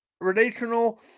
relational